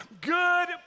good